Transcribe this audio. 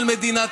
מדינת